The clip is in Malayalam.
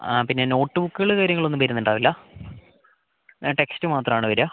ആ പിന്നേ നോട്ട് ബുക്കുകള് കാര്യങ്ങൾ ഒന്നും വരുന്നുണ്ടാവില്ലാ ടെക്സ്റ്റ് മാത്രാണ് വരാ